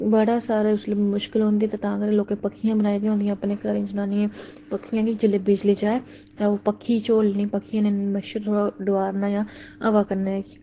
ते बड़ा सारा मुश्कल होंदी ते तां करियै लोकें पक्खियां बनाई दियां होंदियां घरें जनानियें ते जेल्लै बिजली जा ओह् पक्खियां झोलनियां ते इन्ने मच्छर डोआरना हवा कन्नै